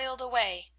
away